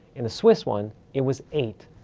in the swiss one, it was eight.